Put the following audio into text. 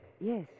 Yes